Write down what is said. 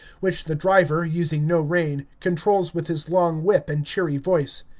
which the driver, using no rein, controls with his long whip and cheery voice.